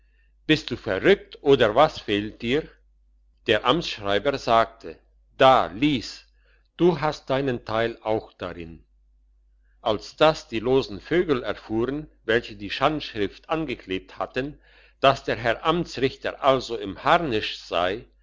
bist du verrückt oder was fehlt dir der amtsschreiber sagte da lies du hast deinen teil auch darin als das die losen vögel erfuhren welche die schandschrift angeklebt hatten dass der herr amtsrichter also im harnisch sei